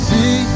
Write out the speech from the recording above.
See